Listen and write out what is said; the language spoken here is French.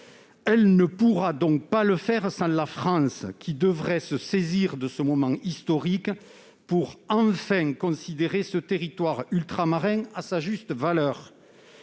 Elle ne pourra pas y parvenir sans la France, qui devrait se saisir de ce moment historique pour enfin considérer ce territoire ultramarin à sa juste valeur.